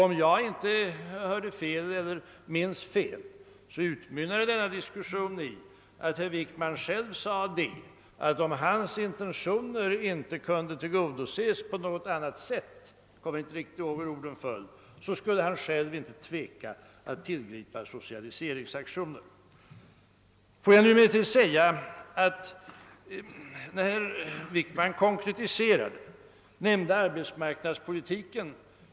Om jag inte minns fel, utmynnade denna diskussion i att herr Wickman själv sade, att om hans intentioner inte kunde tillgodoses på något annat sätt, så skulle han — jag minns inte riktigt hur orden föll — ändå inte tveka att tillgripa socialiseringsaktioner. Statsrådet Wickman övergick sedan till att konkretisera. Han nämnde bl.a. arbetsmarknadspolitiken.